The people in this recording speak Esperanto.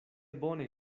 bone